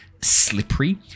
slippery